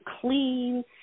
clean